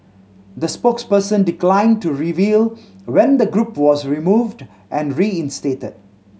the spokesperson declined to reveal when the group was removed and reinstated